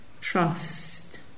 trust